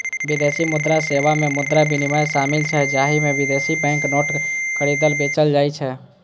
विदेशी मुद्रा सेवा मे मुद्रा विनिमय शामिल छै, जाहि मे विदेशी बैंक नोट खरीदल, बेचल जाइ छै